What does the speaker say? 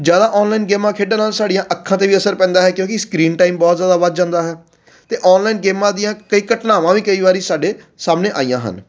ਜ਼ਿਆਦਾ ਔਨਲਾਈਨ ਗੇਮਾਂ ਖੇਡਣ ਨਾਲ ਸਾਡੀਆਂ ਅੱਖਾਂ 'ਤੇ ਵੀ ਅਸਰ ਪੈਂਦਾ ਹੈ ਕਿਉਂਕਿ ਸਕਰੀਨ ਟਾਈਮ ਬਹੁਤ ਜ਼ਿਆਦਾ ਵੱਧ ਜਾਂਦਾ ਹੈ ਅਤੇ ਔਨਲਾਈਨ ਗੇਮਾਂ ਦੀਆਂ ਕਈ ਘਟਨਾਵਾਂ ਵੀ ਕਈ ਵਾਰੀ ਸਾਡੇ ਸਾਹਮਣੇ ਆਈਆਂ ਹਨ